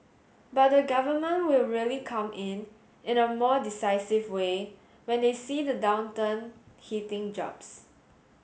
but the Government will really come in in a more decisive way when they see the downturn hitting jobs